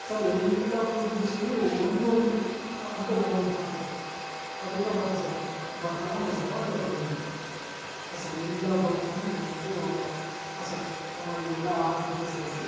sir ಎಲ್ಲ fruit ಜ್ಯೂಸುನೂ ಒಂದೊಂದು ಅಂದರೆ ಒಂದೊಂದು ಪಾಕೇಟು ಪಾಕೇಟಾ ಬಾಟ್ಲಾ ಸರ್ ಬಾಟ್ಲಾ ಓಕೆ ಸರ್ ಬಾಟ್ಲೇ ಪರವಾಗಿಲ್ಲ ಹಾಂ ಸರ್ ಎಲ್ಲ ಬಾಟ್ಲೂನು ಒಂದೊಂದು ಹಾಂ ಸರ್ ನಾವು ಮಾಡಿದ್ದೀರಲ್ಲ ಆ ಆರ್ಡ್ರಿಗೆ ಸೇರಿಸಿ